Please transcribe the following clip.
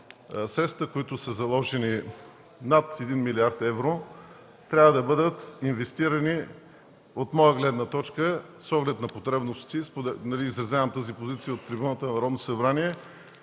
средствата, които са заложени – над 1 млрд. евро, трябва да бъдат инвестирани от моя гледна точка с оглед на потребностите, изразявам тази моя позиция от трибуната на